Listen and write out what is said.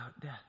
death